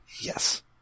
Yes